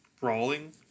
brawling